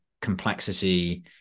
complexity